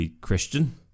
Christian